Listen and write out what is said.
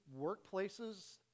workplaces